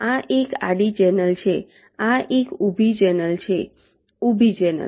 આ એક આડી ચેનલ છે આ એક ઊભી ચેનલ છે ઊભી ચેનલ